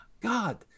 God